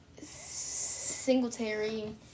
Singletary